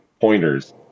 Pointers